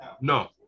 no